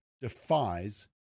defies